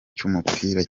cy’umupira